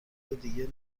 دیگه